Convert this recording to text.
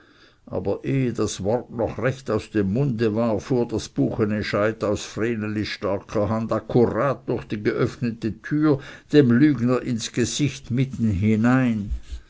aber ehe das wort noch recht aus dem munde war fuhr das buchene scheit aus vrenelis starker hand akkurat durch die geöffnete türe dem lügner ins gesicht mitten hinein